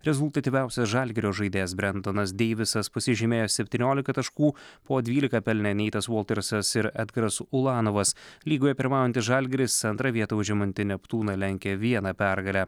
rezultatyviausias žalgirio žaidėjas brendonas deivisas pasižymėjo septyniolika taškų po dvylika pelnė neitas voltersas ir edgaras ulanovas lygoje pirmaujantis žalgiris antrą vietą užimantį neptūną lenkia viena pergale